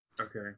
Okay